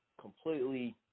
completely